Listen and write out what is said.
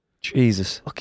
Jesus